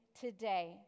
today